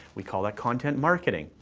we call that content marketing.